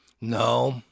no